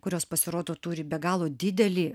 kurios pasirodo turi be galo didelį